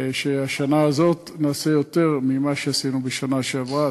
שהשנה הזאת נעשה יותר ממה שעשינו בשנה שעברה.